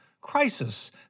crisis